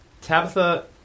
Tabitha